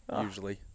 usually